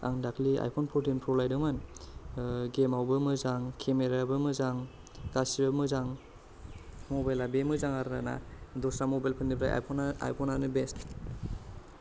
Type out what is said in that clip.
आं दाख्लि iPhone fourteen pro बायदोंमोन गेमावबो मोजां केमेरायाबो मोजां गासिबो मोजां मबाइला बे मोजां आरोना दस्रा मबाइलफोरनिफ्राय आइफना आइफनानो बेस्ट